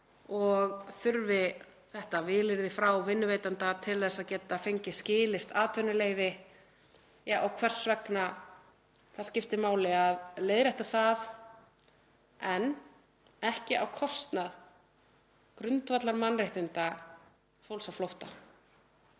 og þurfi þetta vilyrði frá vinnuveitanda til að geta fengið skilyrt atvinnuleyfi. Já, hvers vegna það skiptir máli að leiðrétta það en ekki á kostnað grundvallarmannréttinda fólks á flótta.